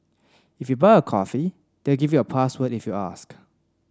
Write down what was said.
if you buy a coffee they'll give you a password if you ask